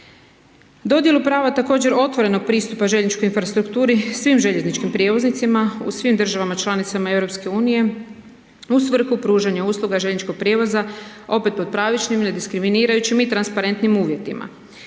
Dodjelu prava također otvorenog pristupa željezničkoj infrastrukturi, svim željezničkim prijevoznicima u svim državama članicama EU u svrhu pružanja usluga željezničkog prijevoza opet pod pravičnim, ne diskriminirajućim i transparentnim uvjetima.